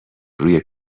روی